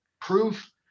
proof